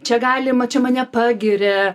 čia galima čia mane pagiria